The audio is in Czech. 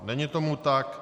Není tomu tak.